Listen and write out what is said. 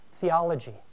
theology